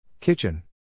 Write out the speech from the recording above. kitchen